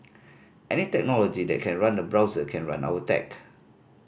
any technology that can run a browser can run our tech